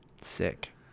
Sick